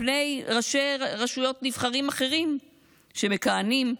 פני ראשי רשויות נבחרים אחרים שמכהנים,